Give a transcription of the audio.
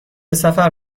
سفر